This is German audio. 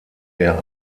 der